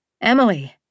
Emily